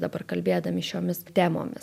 dabar kalbėdami šiomis temomis